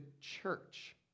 church